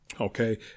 okay